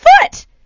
foot